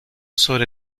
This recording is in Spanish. sobre